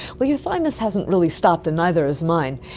but your thymus hasn't really stopped and neither has mine.